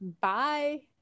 Bye